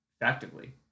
effectively